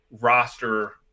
roster